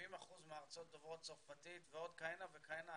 70 אחוזים מארצות דוברות צרפתית ועוד כהנה וכהנה,